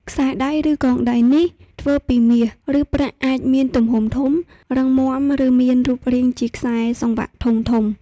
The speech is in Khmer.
ខ្សែដៃឬកងដៃនេះ ធ្វើពី មាស ឬប្រាក់ អាចមាន ទំហំធំ រឹងមាំ ឬមានរូបរាងជា ខ្សែសង្វាក់ធំៗ។